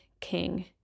king